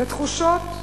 והתחושות,